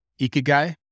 Ikigai